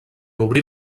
obrir